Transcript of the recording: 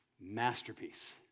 masterpiece